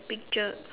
picture